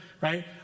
right